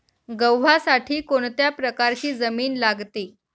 गव्हासाठी कोणत्या प्रकारची जमीन लागते?